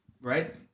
Right